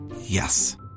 Yes